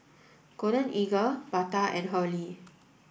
Golden Eagle Bata and Hurley